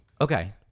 Okay